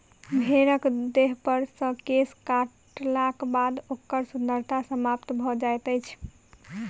भेंड़क देहपर सॅ केश काटलाक बाद ओकर सुन्दरता समाप्त भ जाइत छै